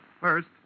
first